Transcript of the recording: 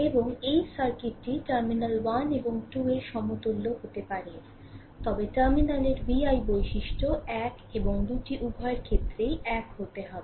এবং এই সার্কিটটি টার্মিনাল 1 এবং 2 এ এর সমতুল্য হতে পারে তবে টার্মিনালের v i বৈশিষ্ট্য এক এবং দুটি উভয়ের ক্ষেত্রে একই হতে হবে